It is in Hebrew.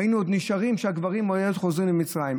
היינו נשארים, כשהגברים היו חוזרים למצרים.